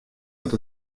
dat